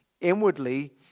Inwardly